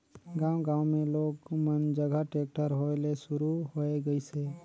गांव गांव मे लोग मन जघा टेक्टर होय ले सुरू होये गइसे